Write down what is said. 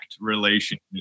relationship